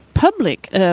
public